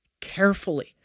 carefully